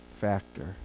factor